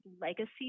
legacy